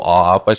off